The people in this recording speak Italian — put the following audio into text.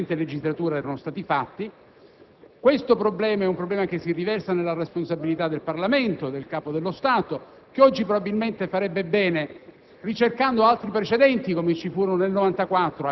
che non ha apprezzato gli sforzi che nella precedente legislatura erano stati fatti. È un problema che si riversa sulla responsabilità del Parlamento e del Capo dello Stato, che oggi probabilmente farebbe bene